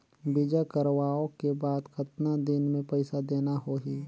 बीमा करवाओ के बाद कतना दिन मे पइसा देना हो ही?